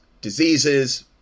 diseases